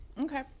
okay